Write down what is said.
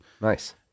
nice